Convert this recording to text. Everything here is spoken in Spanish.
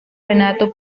renato